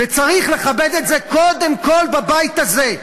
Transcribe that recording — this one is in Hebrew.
וצריך לכבד את זה קודם כול בבית הזה.